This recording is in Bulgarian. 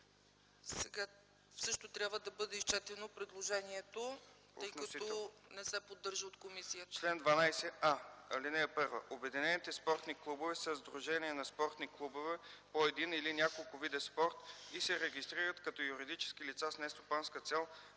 Сега трябва да бъде изчетено предложението, тъй като не се поддържа от комисията.